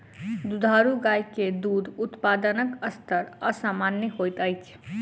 दुधारू गाय मे दूध उत्पादनक स्तर असामन्य होइत अछि